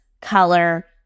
color